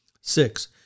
Six